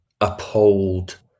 uphold